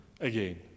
again